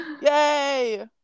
yay